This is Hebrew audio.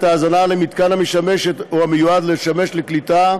ההאזנה למתקן המשמש או המיועד לשמש לקליטה,